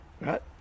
right